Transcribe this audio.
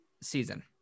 season